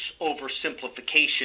oversimplification